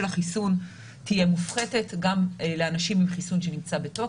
החיסון תהיה מופחתת גם לאנשים עם חיסון שנמצא בתוקף.